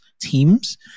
teams